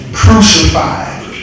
crucified